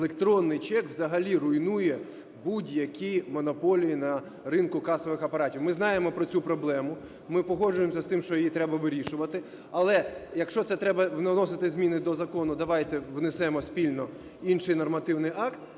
електронний чек взагалі руйнує будь-які монополії на ринку касових апаратів. Ми знаємо про цю проблему, ми погоджуємося з тим, що її треба вирішувати. Але якщо це треба вносити зміни до закону, давайте внесемо спільно інший нормативний акт,